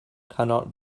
cannot